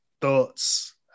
thoughts